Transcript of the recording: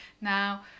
Now